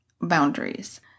boundaries